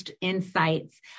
insights